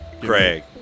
Craig